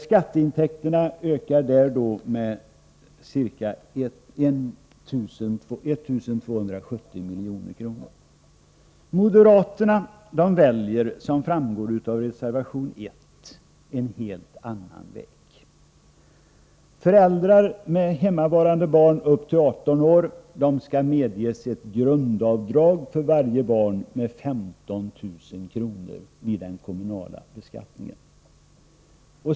Skatteintäkterna ökar då med ca 1 270 milj.kr. Moderaterna väljer, som framgår av reservation 1, en helt annan väg. Föräldrar med hemmavarande barn i åldern upp till 18 år skall medges ett grundavdrag för varje barn med 15 000 kr. vid den kommunala beskattningen.